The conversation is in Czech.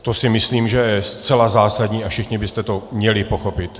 To si myslím, že je zcela zásadní, a všichni byste to měli pochopit.